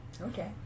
Okay